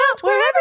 wherever